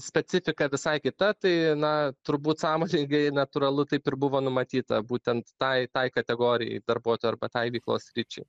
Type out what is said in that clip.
specifika visai kita tai na turbūt sąmoningai natūralu taip ir buvo numatyta būtent tai tai kategorijai darbuotojų arba tai veiklos sričiai